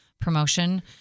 promotion